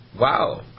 Wow